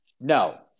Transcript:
No